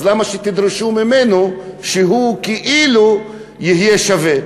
למה שתדרשו ממנו שהוא יהיה שווה?